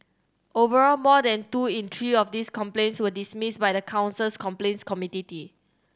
overall more than two in three of these complaints were dismissed by the council's complaints committee